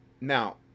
Now